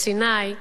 בסיני.